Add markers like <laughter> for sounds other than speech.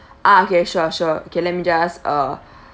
<breath> ah okay sure sure okay let me just uh <breath>